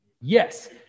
Yes